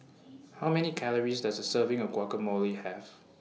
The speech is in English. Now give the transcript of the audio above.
How Many Calories Does A Serving of Guacamole Have